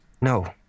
No